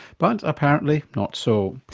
but apparently not so.